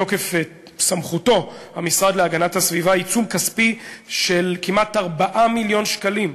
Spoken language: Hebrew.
להגנת הסביבה בתוקף סמכותו עיצום כספי של כמעט 4 מיליון ש"ח